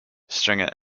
stringer